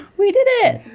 we did it!